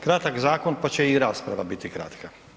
Kratak zakon pa će i rasprava biti kratka.